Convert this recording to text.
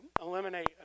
eliminate